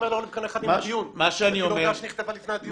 אחד עם הדיון, זה כאילו מה שנכתב לפני הדיון.